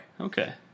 Okay